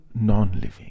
non-living